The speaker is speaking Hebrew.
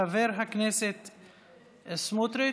חבר הכנסת סמוטריץ'